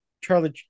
Charlie